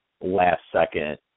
last-second